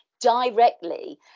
directly